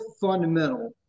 fundamental